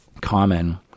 common